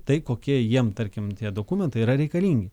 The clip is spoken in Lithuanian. tai kokie jiem tarkim tie dokumentai yra reikalingi